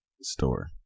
store